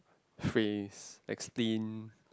phrase explain